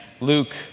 Luke